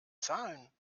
zahlen